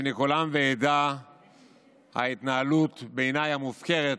בפני כל עם ועדה ההתנהלות, המופקרת,